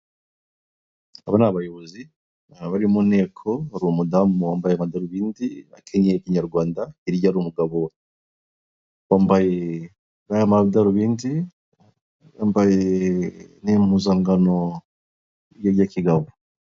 Aba ni abayobozi bari mu nteko, hari umudamu wambaye amadarubndi wakenyeye kinyarwanda, hirya hari umugabo wambaye amadarubindi wambaye amadarubindi wambaye n'impuzankano ya kigabo.